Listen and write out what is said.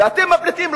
ואתם הפליטים,